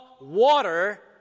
water